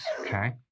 okay